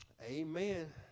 amen